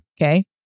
Okay